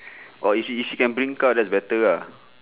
or if she if she can bring car even better ah